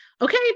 okay